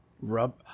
Rub